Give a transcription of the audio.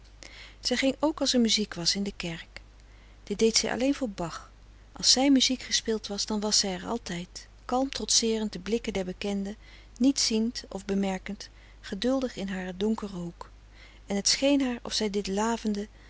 zij ging ook als er muziek was in de kerk dit deed zij alleen voor bach als zijn muziek gespeeld was dan was zij er altijd kalm trotseerend de blikken der bekenden niets ziend of bemerkend geduldig in haren donkeren hoek en t scheen haar of zij dit lavende